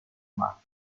mano